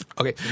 Okay